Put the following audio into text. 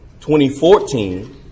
2014